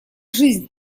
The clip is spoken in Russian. жизнь